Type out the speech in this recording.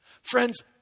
friends